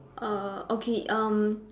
err okay um